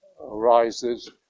arises